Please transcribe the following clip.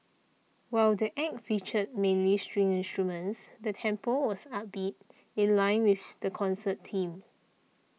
while the Act featured mainly string instruments the tempo was upbeat in line with the concert theme